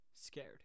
scared